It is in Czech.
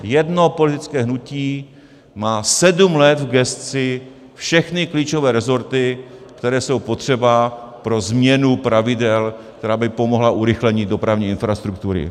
Jedno politické hnutí má sedm let v gesci všechny klíčové rezorty, které jsou potřeba pro změnu pravidel, která by pomohla urychlení dopravní infrastruktury.